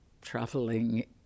traveling